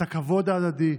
את הכבוד ההדדי,